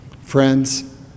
Friends